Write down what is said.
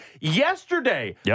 yesterday